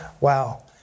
wow